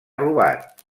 robat